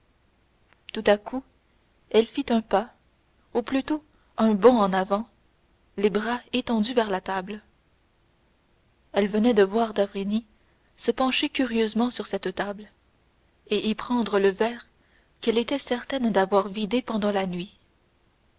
tout à coup elle fit un pas ou plutôt un bond en avant les bras étendus vers la table elle venait de voir d'avrigny se pencher curieusement sur cette table et y prendre le verre qu'elle était certaine d'avoir vidé pendant la nuit